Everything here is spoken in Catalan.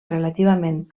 relativament